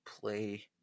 play